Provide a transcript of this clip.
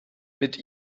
mit